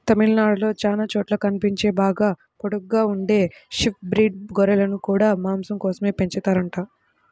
తమిళనాడులో చానా చోట్ల కనిపించే బాగా పొడుగ్గా ఉండే షీప్ బ్రీడ్ గొర్రెలను గూడా మాసం కోసమే పెంచుతారంట